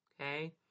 Okay